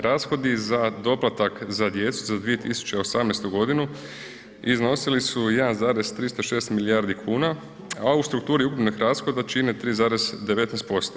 Rashodi za doplatak za djecu za 2018. godinu iznosili su 1,306 milijardi kuna, a u strukturi ukupnih rashoda čine 3,19%